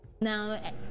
now